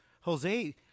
Jose